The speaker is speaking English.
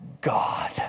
God